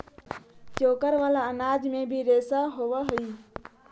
चोकर वाला अनाज में भी रेशा होवऽ हई